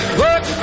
work